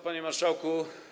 Panie Marszałku!